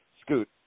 Scoot